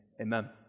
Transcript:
amen